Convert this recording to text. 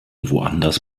woanders